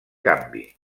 canvi